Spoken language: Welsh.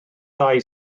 ddau